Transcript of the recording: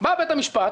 בא בית המשפט,